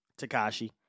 Takashi